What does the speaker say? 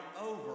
over